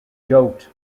joked